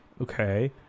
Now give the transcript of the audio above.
okay